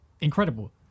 incredible